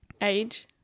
age